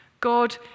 God